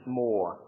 more